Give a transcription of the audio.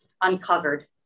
uncovered